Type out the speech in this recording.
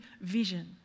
vision